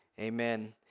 Amen